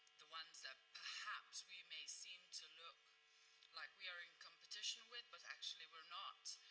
the ones that perhaps we may seem to look like we are in competition with but actually we are not.